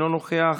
אינו נוכח,